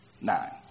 Nine